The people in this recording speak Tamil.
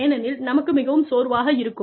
ஏனெனில் நமக்கு மிகவும் சோர்வாக இருக்கும்